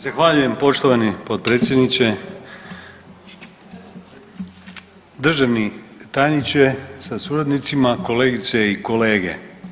Zahvaljujem poštovani potpredsjedniče, državni tajniče sa suradnicima, kolegice i kolege.